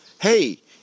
hey